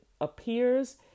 appears